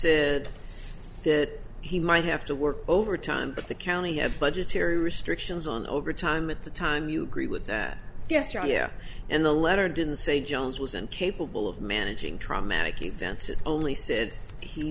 skis that he might have to work overtime but the county of budgetary restrictions on overtime at the time you agree with yes your idea in the letter didn't say jones was incapable of managing traumatic events only said he